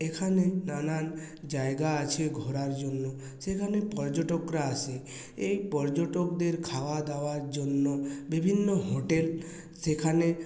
এখানে নানান জায়গা আছে ঘোরার জন্য সেখানে পর্যটকরা আসে এই পর্যটকদের খাওয়া দাওয়ার জন্য বিভিন্ন হোটেল সেখানে